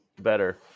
better